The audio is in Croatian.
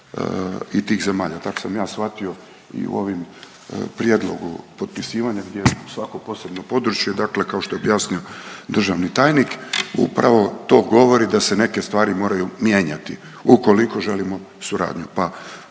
i tih zemalja. Tako sam ja shvatio i u ovim prijedlogu potpisivanja gdje je svako posebno područje. Dakle kao što je objasnio državni tajnik upravo to govori da se neke stvari moraju mijenjati ukoliko želimo suradnju,